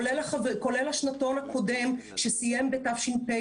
כולל השנתון הקודם שסיים בתש"ף,